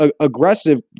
aggressive